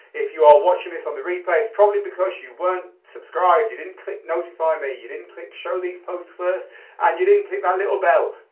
if you are watching this on the replay it's probably because you weren't subscribed, you didn't click notify me, you didn't click show these posts first and you didn't click that ah little bell.